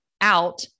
out